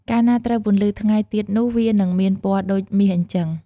កាលណាត្រូវពន្លឺថ្ងៃទៀតនោះ វានឹងមានពណ៌ដូចមាសអ៊ីចឹង។